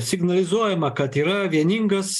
signalizuojama kad yra vieningas